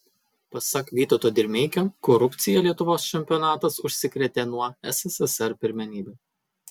pasak vytauto dirmeikio korupcija lietuvos čempionatas užsikrėtė nuo sssr pirmenybių